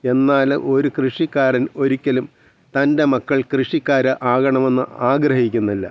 എന്നാൽ ഒരു കൃഷിക്കാരൻ ഒരിക്കലും തൻ്റെ മക്കൾ കൃഷിക്കാർ ആകണമെന്ന് ആഗ്രഹിക്കുന്നില്ല